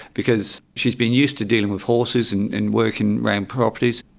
because she's been used to dealing with horses and and working around properties.